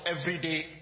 everyday